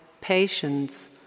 patience